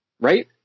right